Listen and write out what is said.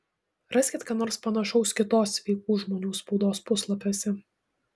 raskit ką nors panašaus kitos sveikų žmonių spaudos puslapiuose